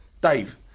Dave